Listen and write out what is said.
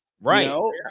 Right